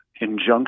injunction